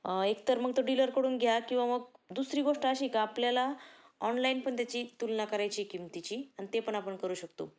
एकतर मग तो डीलरकडून घ्या किंवा मग दुसरी गोष्ट अशी का आपल्याला ऑनलाईन पण त्याची तुलना करायची किमतीची आणि ते पण आपण करू शकतो